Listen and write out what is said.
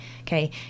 Okay